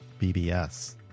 BBS